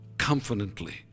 confidently